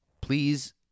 please